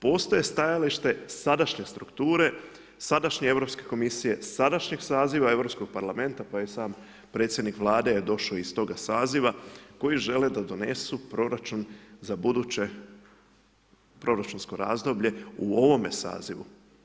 Postoje stajalište sadašnje strukture, sadašnje Europske komisije, sadašnjeg saziva Europskog parlamenta, pa i sam predsjednik vlada je došao iz toga saziva, koji žele da donesu proračun za buduće proračunsko razdoblje u ovome sazivu.